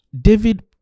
david